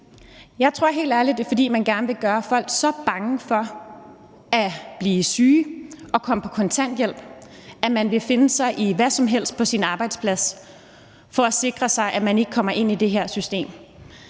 Jeg tror helt ærligt, det er, fordi man gerne vil gøre folk så bange for at blive syge og komme på kontanthjælp, at devil finde sig i hvad som helst på deres arbejdsplads for at sikre sig, at de ikke kommer ind i det her system.